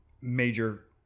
major